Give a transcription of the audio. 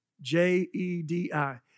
J-E-D-I